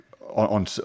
on